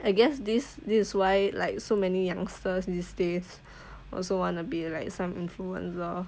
I guess this this is why like so many youngsters these days also wanna be like some influencer